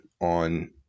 on